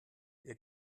ihr